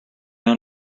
own